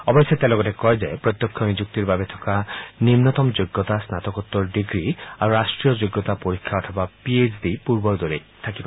অৱশ্যে তেওঁ লগতে কয় যে প্ৰত্যক্ষ নিযুক্তিৰ বাবে থকা নিম্নতম যোগ্যতা ম্নাতকোত্তৰ ডিগ্ৰী আৰু ৰাষ্ট্ৰীয় যোগ্যতা পৰীক্ষা অথবা পি এইচ ডি পূৰ্বৰ দৰেই থাকিব